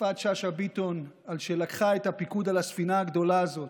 יפעת שאשא ביטון על שלקחה את הפיקוד על הספינה הגדולה הזו.